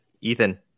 Ethan